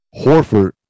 Horford